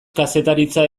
kazetaritza